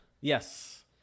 Yes